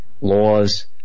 laws